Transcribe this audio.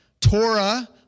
Torah